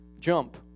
Jump